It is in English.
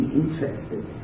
interested